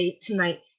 tonight